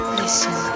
listen